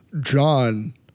John